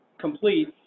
complete